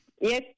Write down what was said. Yes